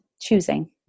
choosing